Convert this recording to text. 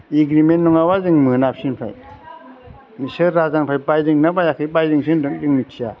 agreement नङाबा जों मोना बिसोनिफ्राय बिसोर राजानिफ्राय बायदों ना बायाखै बायदोंसो होनदों जों मिथिया